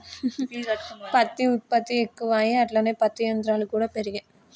పత్తి ఉత్పత్తి ఎక్కువాయె అట్లనే పత్తి యంత్రాలు కూడా పెరిగే